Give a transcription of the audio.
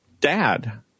dad